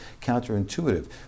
counterintuitive